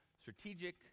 strategic